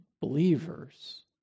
believers